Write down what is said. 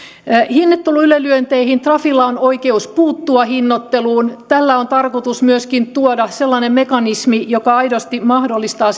hinnoittelun ylilyönteihin trafilla on oikeus puuttua hinnoitteluun tällä on tarkoitus myöskin tuoda sellainen mekanismi joka aidosti mahdollistaa